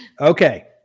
Okay